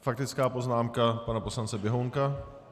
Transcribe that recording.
Faktická poznámka pana poslance Běhounka.